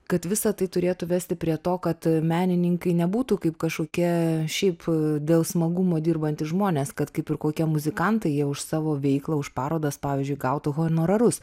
kad visa tai turėtų vesti prie to kad menininkai nebūtų kaip kažkokia šiaip dėl smagumo dirbantys žmonės kad kaip ir kokie muzikantai jie už savo veiklą už parodas pavyzdžiui gautų honorarus